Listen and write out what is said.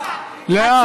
לאה,